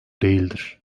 değildir